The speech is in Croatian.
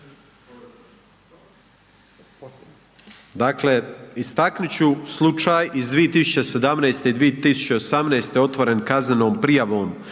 Dakle, istaknut ću slučaj iz 2017. i 2018. otvoren kaznenom prijavom